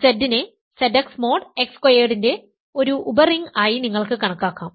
അതിനാൽ Z നെ Zx mod x സ്ക്വയർഡിന്റെ ഒരു ഉപറിങ്ങ് ആയി നിങ്ങൾക്ക് കണക്കാക്കാം